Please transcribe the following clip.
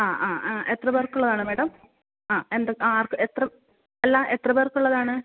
ആ ആ ആ എത്ര പേർക്കുള്ളതാണ് മാഡം ആ എന്ത് ആ ആർക്ക് എത്ര അല്ല എത്ര പേർക്കുള്ളതാണ്